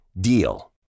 DEAL